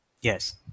Yes